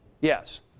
Yes